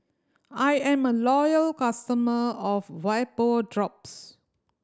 I am a loyal customer of Vapodrops